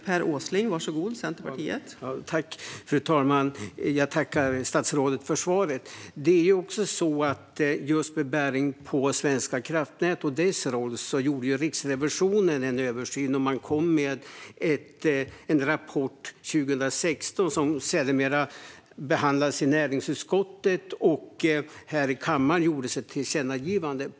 Fru talman! Jag tackar statsrådet för svaret. Just med bäring på Svenska kraftnät och dess roll gjorde Riksrevisionen en översyn. Man kom med en rapport 2016 som sedermera behandlades i näringsutskottet. Här i kammaren gjordes ett tillkännagivande.